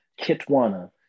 Kitwana